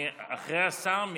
אחרי השר,